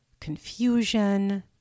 confusion